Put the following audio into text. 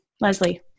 Leslie